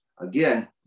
again